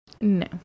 No